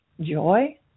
joy